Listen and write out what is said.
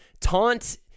taunt